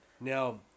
Now